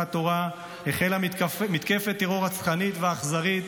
שמחת תורה החלה מתקפת טרור רצחנית ואכזרית,